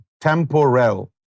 temporal